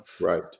Right